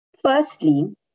Firstly